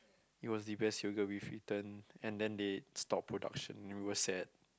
it was the best yogurt we've eaten and then they stopped production we were sad